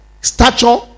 stature